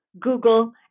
Google